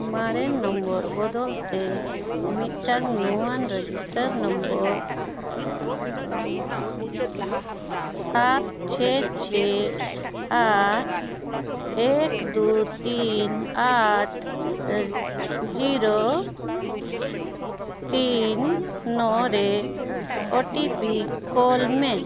ᱢᱟᱨᱮᱱ ᱱᱚᱢᱵᱚᱨ ᱵᱚᱫᱚᱞ ᱛᱮ ᱢᱤᱫᱴᱟᱝ ᱱᱚᱣᱟᱱ ᱨᱮᱡᱤᱥᱴᱟᱨ ᱱᱚᱢᱵᱚᱨ ᱥᱟᱛ ᱪᱷᱮ ᱪᱷᱮ ᱟᱴ ᱮᱹᱠ ᱫᱩ ᱛᱤᱱ ᱟᱴ ᱡᱤᱨᱳ ᱛᱤᱱ ᱱᱚ ᱨᱮ ᱳ ᱴᱤ ᱯᱤ ᱠᱳᱞ ᱢᱮ